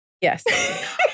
Yes